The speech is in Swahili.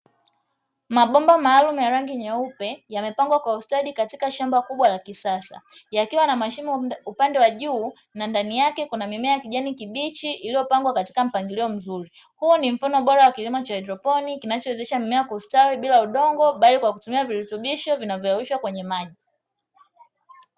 Mabomba maalumu ya rangi nyeupe yamepangwa kwa ustadi katoka shamba kubwa la kisasa yakiwa na mashimo upande juu na ndani yake kuna mimea ya kijani kibichi iliyopangwa katika mpangilio mzuri, huu ni mfano bora wa kilimo cha haidroponi kinachowezesha mmea kustawi bila udongo bali kwa kutumia birutubisho vinavyoyeyushwa kwenye maji.